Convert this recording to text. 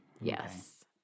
yes